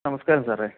നമസ്കാരം സാറേ